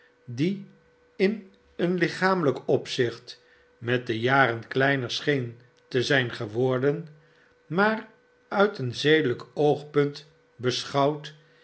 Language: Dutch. die in een lichamelijk opzicht met de jaren kleiner scheen te zijn geworden maar uit een zedelijk oogpunt beschouwd